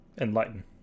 Enlighten